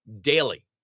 daily